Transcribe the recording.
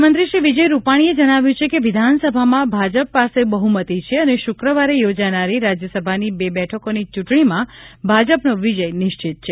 મુખ્યમંત્રીશ્રી વિજય રુપાણીએ જણાવ્યું છે કે વિધાનસભામાં ભાજપ પાસે બહુમતી છે અને શુક્રવારે યોજાનારી રાજ્યસભાની બે બેઠકોની ચૂંટણીમાં ભાજપનો વિજય નિશ્ચિત છે